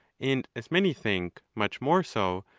and as many think much more so,